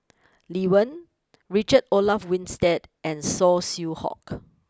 Lee Wen Richard Olaf Winstedt and Saw Swee Hock